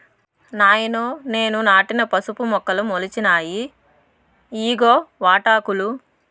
నాయనో నేను నాటిన పసుపు మొక్కలు మొలిచినాయి ఇయ్యిగో వాటాకులు